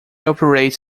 operates